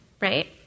right